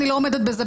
אני לא עומדת בזה,